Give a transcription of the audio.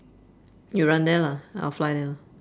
you run there lah I'll fly there lah